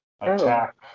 Attack